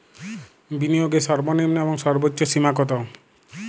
বিনিয়োগের সর্বনিম্ন এবং সর্বোচ্চ সীমা কত?